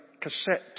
cassette